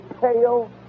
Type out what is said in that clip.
pale